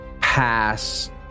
pass